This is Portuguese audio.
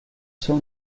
seu